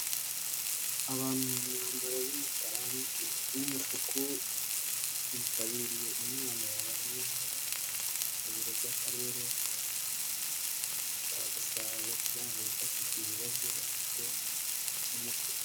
Abantu mu myambaro y'umukara n'umutuku bitabiriye inama yabahuje mu biro by'akarere ka Gasabo kugira ngo hifashishwe ibibazo bafite bikemuke.